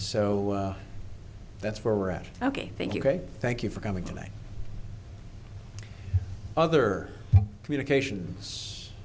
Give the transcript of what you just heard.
so that's where we're at ok thank you thank you for coming tonight other communication